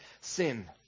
sin